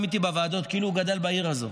איתי בוועדות כאילו הוא גדל בעיר הזו,